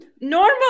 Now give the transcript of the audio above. normal